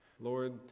Lord